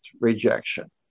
rejection